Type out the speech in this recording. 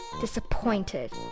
Disappointed